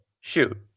Shoot